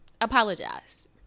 apologize